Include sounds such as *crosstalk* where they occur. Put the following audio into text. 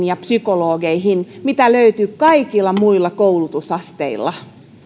*unintelligible* ja psykologeihin mitä löytyy kaikilla muilla koulutusasteilla